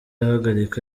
ahagarika